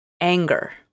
anger